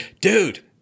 dude